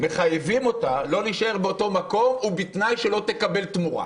מחייבים אותה לא להישאר באותו מקום ובתנאי שלא תקבל תמורה.